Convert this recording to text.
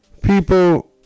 people